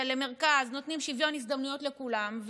למרכז ונותנים שוויון הזדמנויות לכולם,